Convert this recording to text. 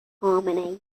harmony